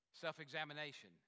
self-examination